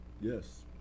yes